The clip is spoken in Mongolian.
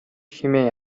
хэмээн